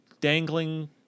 dangling